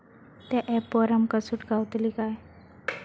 त्या ऍपवर आमका सूट गावतली काय?